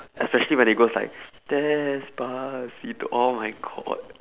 especially when it goes like despacito oh my god